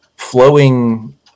Flowing